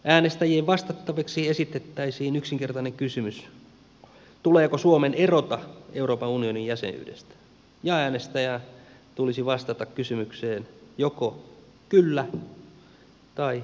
äänestäjien vastattavaksi esitettäisiin yksinkertainen kysymys tuleeko suomen erota euroopan unionin jäsenyydestä ja äänestäjän tulisi vastata kysymykseen joko kyllä tai ei